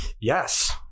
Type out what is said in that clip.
Yes